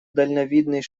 дальновидный